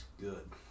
good